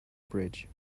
bridge